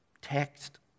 text